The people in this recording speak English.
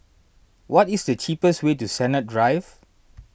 what is the cheapest way to Sennett Drive